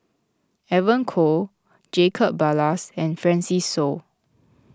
Evon Kow Jacob Ballas and Francis Seow